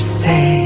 say